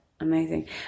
amazing